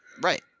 right